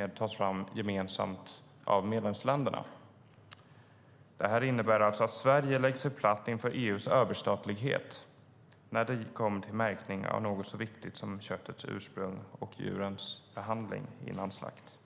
Detta innebär alltså att Sverige lägger sig platt inför EU:s överstatlighet när det kommer till märkning av något så viktigt som köttets ursprung och djurens behandling före slakt.